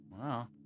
Wow